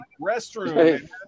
Restroom